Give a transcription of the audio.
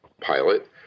pilot